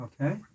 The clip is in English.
Okay